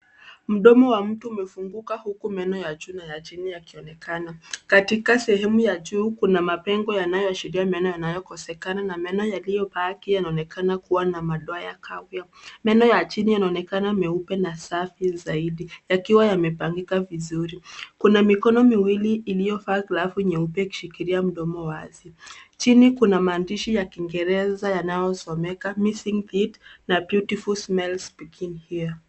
Mdomo wa mtu umefunguka huku meno ya juu na ya chini akionekana. Katika sehemu ya juu, kuna mapengo yanayoashiria maeneo yanayokosekana na meno yaliyobaki yanaonekana kuwa na madoa kahawia. Meno ya chini yanaonekana meupe na safi zaidi yakiwa yamepangika vizuri. Kuna mikono miwili iliyovaa glavu nyeupe shikilia mdomo wazi. Chini kuna maandishi ya kiingereza yanayosomeka missing teeth na beautiful smiles begin here .